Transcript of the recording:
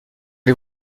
les